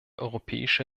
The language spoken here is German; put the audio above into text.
europäische